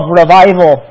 revival